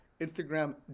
Instagram